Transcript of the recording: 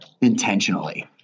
intentionally